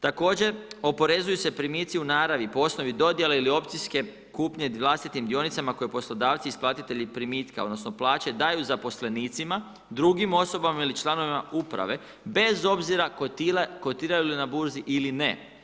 Također oporezuju se primici u naravi, po osnovi dodjeli ili opcijske kupnje 20- tim dionicama, koje poslodavci isplatitelji primitka, odnosno, plaće daju zaposlenicima, drugim osobama ili članovima uprave, bez obzira kotiraju li na burzi ili ne.